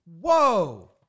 Whoa